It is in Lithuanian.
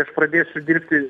aš pradėsiu dirbti